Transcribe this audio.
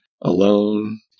alone